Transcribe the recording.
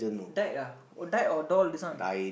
died ah oh died or doll this one